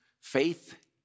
faith